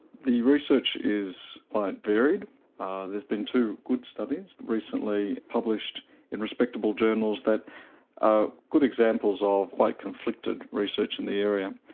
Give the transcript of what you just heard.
the research is quite varied there have been two good studies, recently published in respectable journals that are good examples of quite conflicted research in the area.